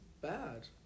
bad